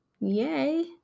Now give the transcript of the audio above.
Yay